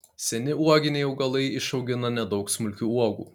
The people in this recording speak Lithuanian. seni uoginiai augalai išaugina nedaug smulkių uogų